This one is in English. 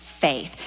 faith